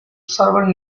several